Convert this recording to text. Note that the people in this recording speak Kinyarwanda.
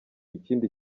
ikindi